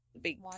Big